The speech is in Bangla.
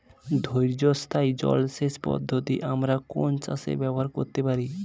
অর্ধ স্থায়ী জলসেচ পদ্ধতি আমরা কোন চাষে ব্যবহার করতে পারি?